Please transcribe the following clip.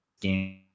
game